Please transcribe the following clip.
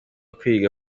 kwiga